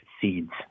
seeds